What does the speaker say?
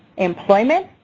employment,